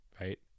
right